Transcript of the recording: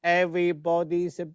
everybody's